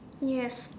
yes